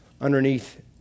underneath